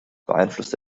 beeinflusst